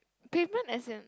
pavement as in